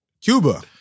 cuba